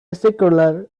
circular